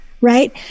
Right